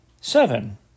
Seven